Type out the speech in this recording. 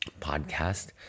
podcast